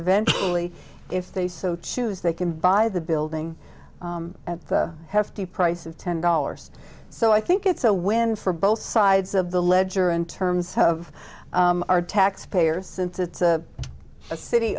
eventually if they so choose they can buy the building at hefty price of ten dollars so i think it's a win for both sides of the ledger in terms of our tax payers since it's a city